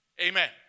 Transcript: Amen